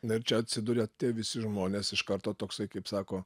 na ir čia atsiduria tie visi žmonės iš karto toksai kaip sako